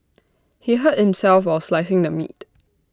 he hurt himself while slicing the meat